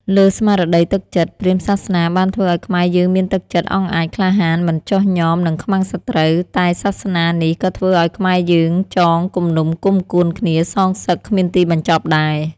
លើស្មារតីទឹកចិត្ត ព្រាហ្មសាសនាបានធ្វើឱ្យខ្មែរយើងមានទឹកចិត្តអង់អាច ក្លាហាន មិនចុះញ៉មនឹងខ្មាំងសត្រូវ តែសាសនានេះក៏ធ្វើឱ្យខ្មែរយើងចង គំនុំគំគួនគ្នា សងសឹក គ្មានទីបញ្ចប់ដែរ។